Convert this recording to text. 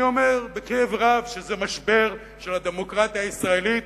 אני אומר בכאב רב שזה משבר של הדמוקרטיה הישראלית,